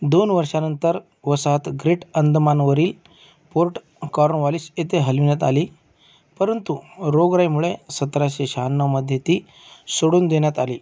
दोन वर्षानंतर वसाहत ग्रेट अंदमानवरील पोर्ट कॉर्नवॉलिस येथे हलविण्यात आली परंतु रोगराईमुळे सतराशे शहाण्णवमध्ये ती सोडून देण्यात आली